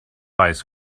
ice